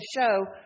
show